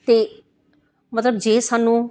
ਅਤੇ ਮਤਲਬ ਜੇ ਸਾਨੂੰ